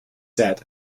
set